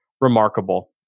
remarkable